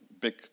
Big